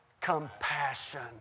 compassion